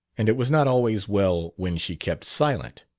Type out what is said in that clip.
and it was not always well when she kept silent.